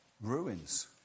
ruins